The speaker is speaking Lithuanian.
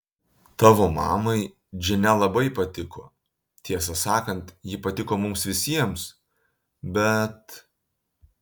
tavo mamai džine labai patiko tiesą sakant ji patiko mums visiems bet